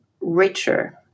richer